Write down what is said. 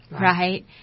right